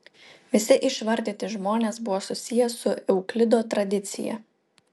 visi išvardyti žmonės buvo susiję su euklido tradicija